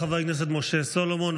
חבר הכנסת משה סולומון,